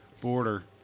border